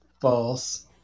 False